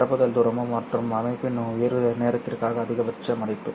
பரப்புதல் தூரம் மற்றும் அமைப்பின் உயர்வு நேரத்திற்கான அதிகபட்ச மதிப்பு